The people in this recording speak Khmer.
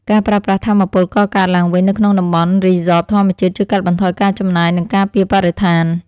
ការប្រើប្រាស់ថាមពលកកើតឡើងវិញនៅក្នុងតំបន់រីសតធម្មជាតិជួយកាត់បន្ថយការចំណាយ និងការពារបរិស្ថាន។